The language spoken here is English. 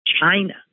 China